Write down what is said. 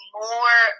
more